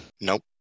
Nope